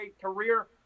career